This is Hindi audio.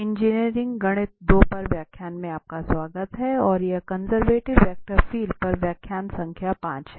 इंजीनियरिंग गणित 2 पर व्याख्यान में आपका स्वागत है और यह कंजर्वेटिव वेक्टर फील्ड पर व्याख्यान संख्या पांच है